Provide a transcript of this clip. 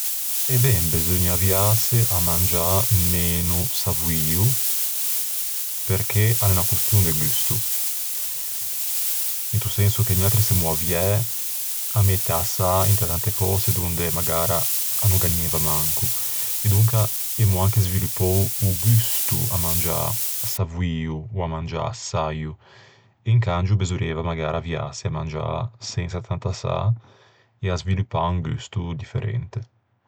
E ben, beseugna avviâse à mangiâ meno savoio, perché a l'é unna costion de gusto. Into senso che niatri semmo avviæ a mette à sâ inte tante cöse donde magara a no gh'anieiva manco. E donca emmo anche sviluppou o gusto à mangiâ savoio, ò à mangiâ säio, e incangio besorrieiva magara avviâse à mangiâ sensa tanta sâ e à sviluppâ un gusto differente.